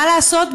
מה לעשות?